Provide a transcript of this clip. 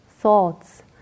thoughts